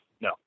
no